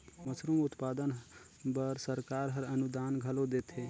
mushroom उत्पादन बर सरकार हर अनुदान घलो देथे